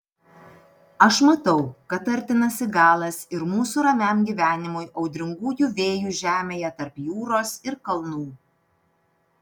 aš matau kad artinasi galas ir mūsų ramiam gyvenimui audringųjų vėjų žemėje tarp jūros ir kalnų